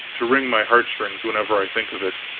to wring my heartstrings whenever i think of it.